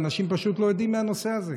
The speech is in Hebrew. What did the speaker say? ואנשים פשוט לא יודעים מהנושא הזה.